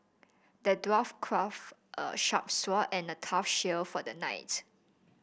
the dwarf crafted a sharp sword and a tough shield for the knight